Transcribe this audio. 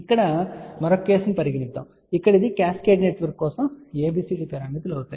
ఇప్పుడు మరొక కేసు పరిగణిద్దాము ఇక్కడ ఇది క్యాస్కేడ్ నెట్వర్క్ కోసం ABCD పారామితులు అవుతాయి